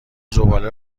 زباله